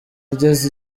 ageza